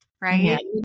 right